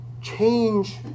Change